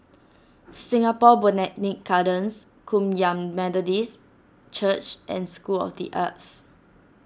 Singapore Botanic Gardens Kum Yan Methodist Church and School of the Arts